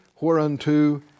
whereunto